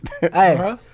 Hey